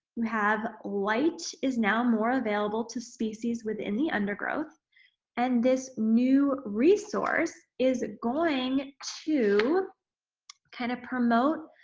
we have light is now more available to species within the undergrowth and this new resource is going to kind of promote